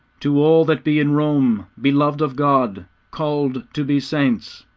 to all that be in rome, beloved of god, called to be saints,